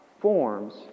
forms